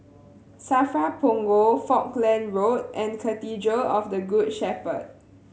SAFRA Punggol Falkland Road and Cathedral of the Good Shepherd